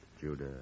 judah